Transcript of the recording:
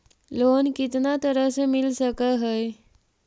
Loan कितना तरह से मिल सक है?